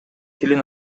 тилин